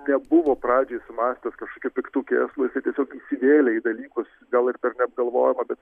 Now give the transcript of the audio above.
nebuvo pradžioj sumąstęs kažkokių piktų kėslų tiesiog įsivėlė į dalykus gal ir ne per apgalvojimą bet